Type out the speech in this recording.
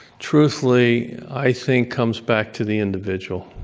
truthfully, i think comes back to the individual.